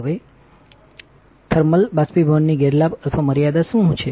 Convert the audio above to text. હવે થરમાલ બાષ્પીભવનનીગેરલાભ અથવા મર્યાદા શું હતી